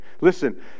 listen